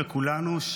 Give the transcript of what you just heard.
לכולנו,